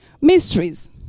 Mysteries